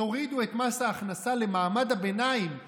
תורידו את מס ההכנסה למעמד הביניים עכשיו,